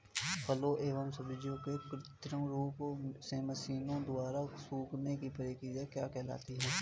फलों एवं सब्जियों के कृत्रिम रूप से मशीनों द्वारा सुखाने की क्रिया क्या कहलाती है?